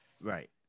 right